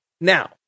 Now